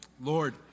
Lord